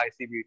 ICB